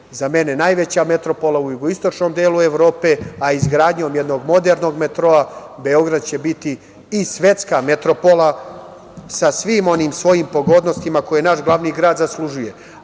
za mene najveća metropola u jugoistočnom delu Evrope, a izgradnjom jednog modernog metroa Beograd će biti i svetska metropola, sa svim onim svojim pogodnostima koje naš glavni grad zaslužuje. Koliko